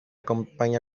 campaña